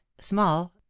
small